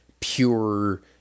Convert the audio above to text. pure